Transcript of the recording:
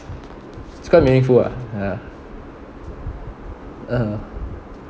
it's quite meaningful ah ya (uh huh)